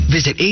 Visit